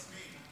יסמין,